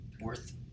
worth